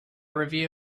review